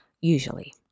usually